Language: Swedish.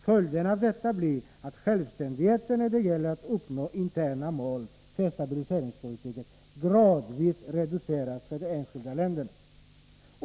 Följden av detta blir att självständigheten när det gäller att uppnå interna mål för stabiliseringspolitiken gradvis reducerats för de enskilda länderna.